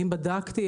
האם בדקתי,